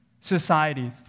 society